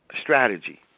strategy